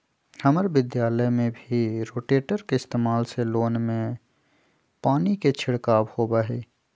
हम्मर विद्यालय में भी रोटेटर के इस्तेमाल से लोन में पानी के छिड़काव होबा हई